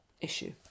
issue